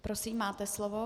Prosím, máte slovo.